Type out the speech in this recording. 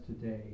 today